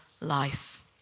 life